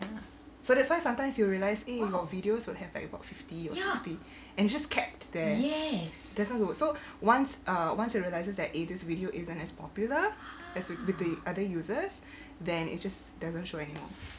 so that's why sometimes you realize eh you got videos will have about fifty or sixty and just kept there doesn't load so once uh once it realizes that eh this video isn't as popular as with the other users then it just doesn't show anymore